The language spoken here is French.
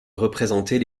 représenter